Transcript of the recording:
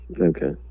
Okay